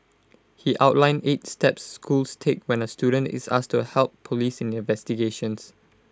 he outlined eight steps schools take when A student is asked to help Police in investigations